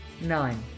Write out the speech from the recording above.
Nine